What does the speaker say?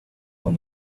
from